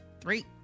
Three